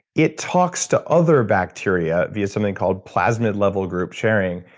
it talks to other bacteria via something called plasmid level group sharing.